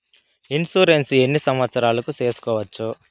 Insurance ఎన్ని సంవత్సరాలకు సేసుకోవచ్చు?